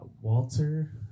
Walter